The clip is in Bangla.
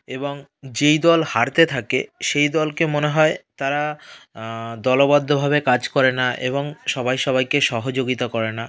এবং যেই দল হারতে থাকে সেই দলকে মনে হয় তারা দলবদ্ধভাবে কাজ করে না এবং সবাই সবাইকে সহযোগিতা করে না